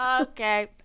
Okay